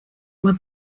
were